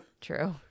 True